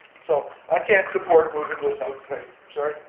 so i can't support moving this out today, i'm sorry.